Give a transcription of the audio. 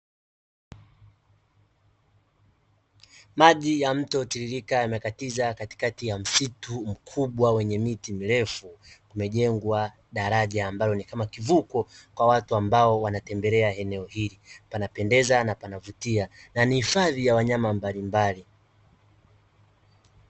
Maji ya mto tililika yamekatiza katikati ya msitu mkubwa wenye miti mirefu, kumejengwa daraja ambalo ni kama kivuko kwa watu ambao wanatembelea eneo hili, panapendeza na panavutia na nihifadhi ya wanyama mbalimbali.